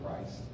Christ